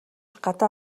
гадаа